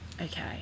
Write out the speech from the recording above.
Okay